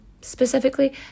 specifically